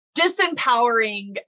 disempowering